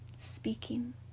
speaking